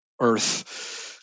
Earth